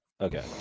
Okay